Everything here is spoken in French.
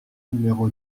numéro